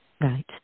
Right